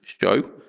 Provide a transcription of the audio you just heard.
show